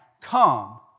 come